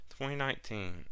2019